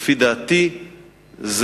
לפי דעתי זה